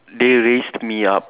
they raised me up